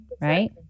right